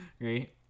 Right